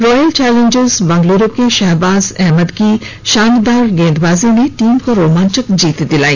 royal challengers Bangalore के शहबाज अहमद की शानदार गेंदबाजी ने टीम को रोमांचक जीत दिलाई